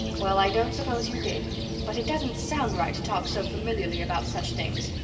well i don't suppose you did but it doesn't sound right to talk so familiarly about such things.